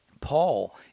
Paul